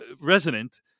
resonant